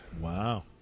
Wow